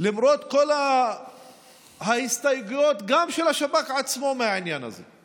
למרות כל ההסתייגויות מהעניין הזה,